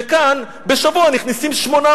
וכאן בשבוע נכנסים 800